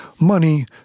money